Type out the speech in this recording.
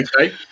Okay